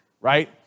right